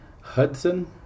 Hudson